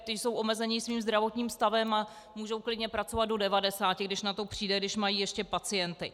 Ti jsou omezeni svým zdravotním stavem a můžou klidně pracovat do devadesáti, když na to přijde, když mají ještě pacienty.